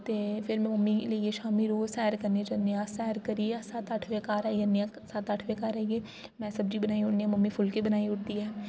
ते फिर में मम्मी गी लेइयै शामीं रोज़ सैर करन जन्ने अस ते सैर करियै अस सत्त अट्ठ बेऽ घर आई जन्ने आं सत्त अट्ठ बेऽ घर आइयै में सब्ज़ी बनाई ओड़नी आं ते मम्मी फुल्के बनाई ओड़दी ऐ